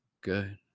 Good